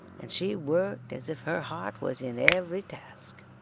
and she worked as if her heart was in every task.